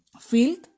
field